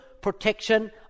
protection